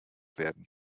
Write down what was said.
werden